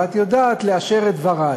ואת יודעת לאשר את דברי